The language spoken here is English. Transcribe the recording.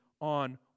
on